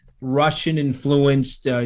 Russian-influenced